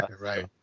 Right